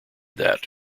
that